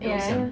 ya ya